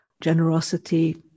generosity